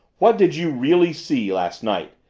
what did you really see last night?